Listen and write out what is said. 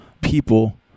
people